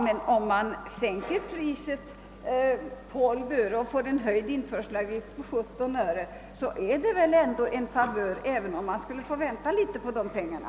Men om priset sänks med 12 öre och man får en höjd införselavgift på 17 öre, så är det väl ändå en favör även om man skulle behöva vänta litet på pengarna.